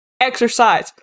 Exercise